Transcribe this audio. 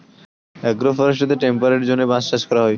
agro ফরেস্ট্রিতে temperate জোনে বাঁশ চাষ হয়